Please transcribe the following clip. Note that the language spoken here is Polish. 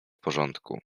porządku